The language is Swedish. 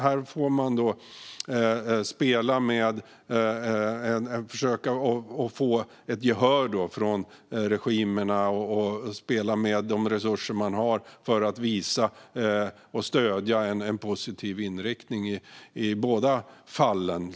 Här får man försöka få gehör från regimerna och spela med de resurser man har för att visa på att man stöder en positiv inriktning i båda fallen.